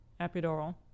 epidural